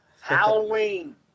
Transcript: Halloween